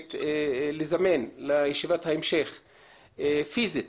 מבקשת לזמן לישיבת ההמשך פיזית,